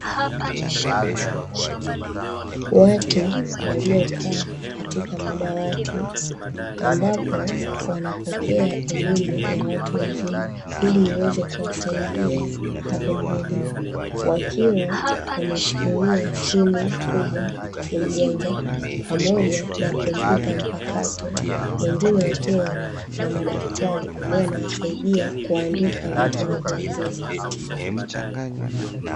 Watu waliokaa katika madawati ambapo wanapokea elimu ya watu wazima ili iweze kuwasaidia hapo mbele wakiwa wameshikilia simu kubwa simu janja pamoja na kompyuta mpakato wengine wakiwa na madaktari ambayo yanawasaidia kuandika vitu wanavyoambiwa.